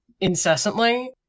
incessantly